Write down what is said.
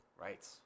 right